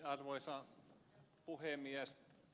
arvoisa puhemies